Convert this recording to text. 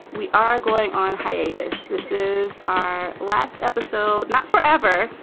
we are going on hiatus. this is our last episode. not forever,